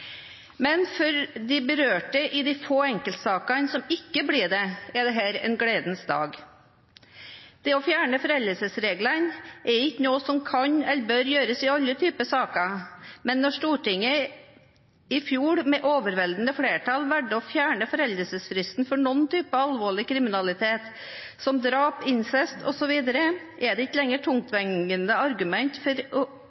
men for de berørte i de få enkeltsakene som ikke blir det, er dette en gledens dag. Det å fjerne foreldelsesreglene er ikke noe som kan eller bør gjøres i alle typer saker. Men siden Stortinget i fjor med overveldende flertall valgte å fjerne foreldelsesfristen for noen typer alvorlig kriminalitet som drap, incest osv., finnes det ikke lenger tungtveiende argumenter for ikke å